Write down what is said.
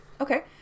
Okay